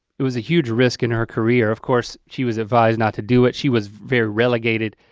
it was a huge risk in her career. of course, she was advised not to do it. she was very relegated,